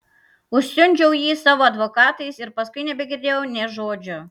užsiundžiau jį savo advokatais ir paskui nebegirdėjau nė žodžio